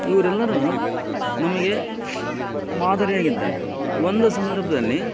ಇವ್ರೆಲ್ಲರೂ ನಮಗೆ ಮಾದರಿಯಾಗಿದ್ದಾರೆ ಒಂದು ಸಂದರ್ಭದಲ್ಲಿ